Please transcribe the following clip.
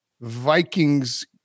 Vikings